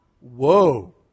Whoa